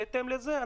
בהתאם לזה,